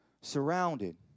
surrounded